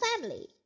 family